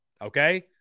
okay